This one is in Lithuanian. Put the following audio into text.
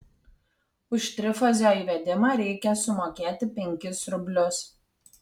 už trifazio įvedimą reikia sumokėti penkis rublius